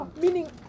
meaning